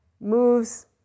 moves